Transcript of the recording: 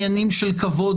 מדיניות ההגירה שלנו היא